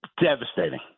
devastating